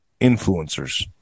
influencers